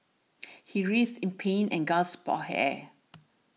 he writhed in pain and gasped for air